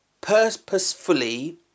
purposefully